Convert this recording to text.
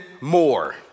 more